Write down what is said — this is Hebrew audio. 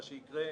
מה שיקרה,